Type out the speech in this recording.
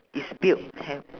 is build have